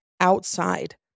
outside